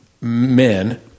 men